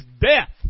death